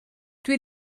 dwi